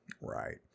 Right